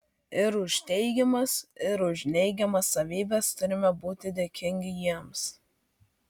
ir už teigiamas ir už neigiamas savybes turime būti dėkingi jiems